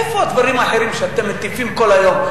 איפה הדברים האחרים שאתם מטיפים להם כל היום?